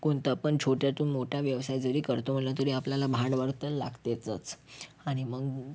कोणता पण छोट्यातून मोठा व्यवसाय जरी करतो म्हटलं तरी आपल्याला भांडवल तर लागतेच आणि मग